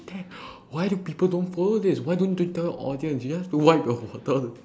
damn why do people don't follow this why don't twitter audience you have to wipe your water